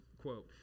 quote